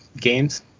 games